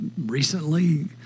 recently